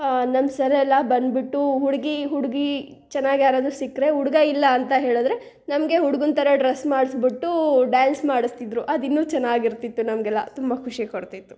ನಮ್ಮ ಸರ್ ಎಲ್ಲ ಬಂದುಬಿಟ್ಟು ಹುಡುಗಿ ಹುಡುಗಿ ಚೆನ್ನಾಗಿ ಯಾರಾದರೂ ಸಿಕ್ಕರೆ ಹುಡ್ಗ ಇಲ್ಲ ಅಂತ ಹೇಳಿದ್ರೆ ನಮಗೆ ಹುಡ್ಗನ ಥರ ಡ್ರಸ್ ಮಾಡಿಸ್ಬಿಟ್ಟೂ ಡ್ಯಾನ್ಸ್ ಮಾಡಿಸ್ತಿದ್ರು ಅದು ಇನ್ನೂ ಚೆನ್ನಾಗಿ ಇರ್ತಿತ್ತು ನಮಗೆಲ್ಲ ತುಂಬ ಖುಷಿ ಕೊಡ್ತಿತ್ತು